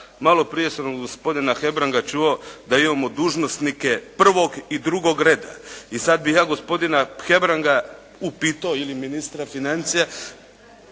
Maloprije sam od gospodina Hebranga čuo da imamo dužnosnike 1. i 2. reda. I sad bih ja gospodina Hebranga upitao ili ministra financija